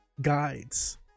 guides